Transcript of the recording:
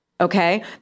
Okay